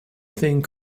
thing